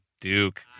Duke